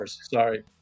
sorry